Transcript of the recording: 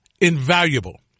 Invaluable